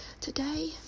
today